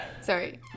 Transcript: Sorry